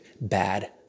bad